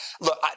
Look